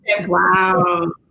Wow